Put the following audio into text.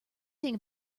thing